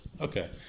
Okay